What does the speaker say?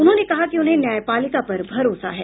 उन्होंने कहा कि उन्हें न्यायपालिका पर भरोसा है